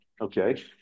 okay